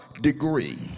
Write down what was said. degree